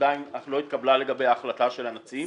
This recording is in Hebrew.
שעדיין לא התקבלה לגביה החלטה של הנשיא.